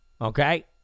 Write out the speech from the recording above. Okay